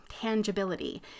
tangibility